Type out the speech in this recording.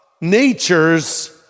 nature's